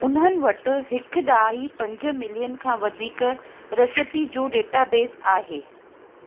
उन्हनि वटि हिकु ॾहाई पंज मिलियन खां वधीक रेसिपी जो डेटाबेस आहे